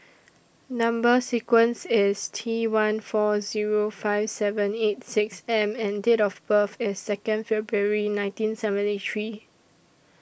Number sequence IS T one four Zero five seven eight six M and Date of birth IS Second February nineteen seventy three